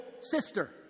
sister